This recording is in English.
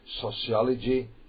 sociology